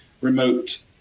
remote